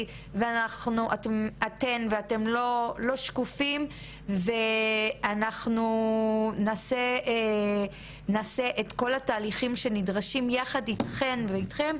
ואתן ואתם לא שקופים ואנחנו נעשה את כל התהליכים שנדרשים יחד איתכן ואיתכם